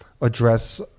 address